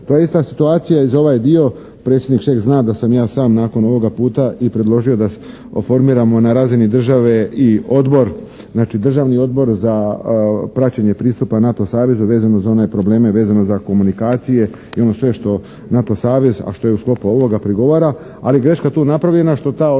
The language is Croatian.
To je ista situacija i za ovaj dio, predsjednik Šeks zna da sam i ja sam nakon ovoga puta i predložio da oformiramo na razini države i Odbor, znači državni Odbor za praćenje pristupa NATO savezu vezano za one probleme vezano za komunikacije i ono sve što NATO savez a što je u sklopu ovoga prigovara, ali greška je tu napravljena što ta odluka